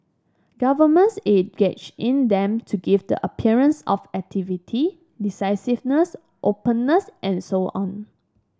governments engage in them to give the appearance of activity decisiveness openness and so on